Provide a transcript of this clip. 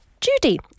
Judy